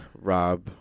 Rob